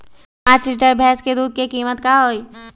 पाँच लीटर भेस दूध के कीमत का होई?